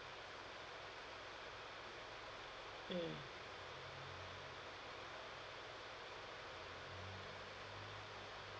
mm